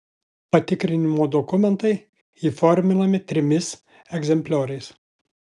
patikrinimo dokumentai įforminami trimis egzemplioriais